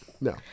No